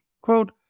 Quote